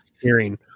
hearing